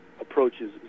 approaches